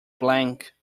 blank